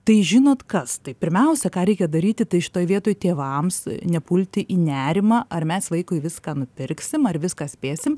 tai žinot kas tai pirmiausia ką reikia daryti tai šitoj vietoj tėvams nepulti į nerimą ar mes vaikui viską nupirksim ar viską spėsim